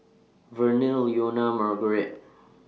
Verner Leonia Marguerite